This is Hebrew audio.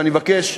ואני מבקש,